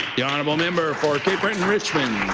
the honourable member for cape breton-richmond.